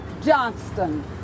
Johnston